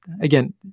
again